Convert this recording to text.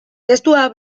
testua